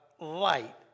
light